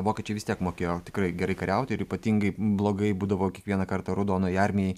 vokiečiai vis tiek mokėjo tikrai gerai kariauti ir ypatingai blogai būdavo kiekvieną kartą raudonajai armijai